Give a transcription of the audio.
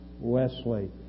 Wesley